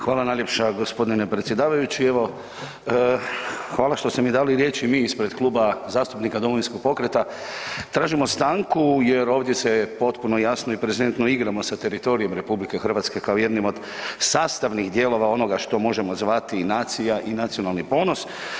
Hvala najljepša gospodine predsjedavajući Hvala što ste mi dali riječ i mi ispred Kluba zastupnika Domovinskog pokreta tražimo stanku jer ovdje se potpuno jasno i prezentno igramo sa teritorijem RH kao jednim od sastavnih dijelova onoga što možemo zvati nacija i nacionalni ponos.